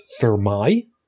thermi